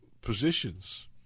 positions